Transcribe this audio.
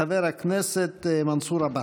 חבר הכנסת מנסור עבאס.